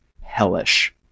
hellish